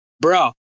bro